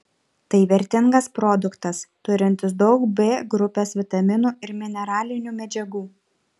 tai vertingas produktas turintis daug b grupės vitaminų ir mineralinių medžiagų